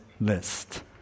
list